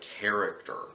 character